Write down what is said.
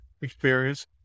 experience